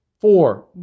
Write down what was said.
four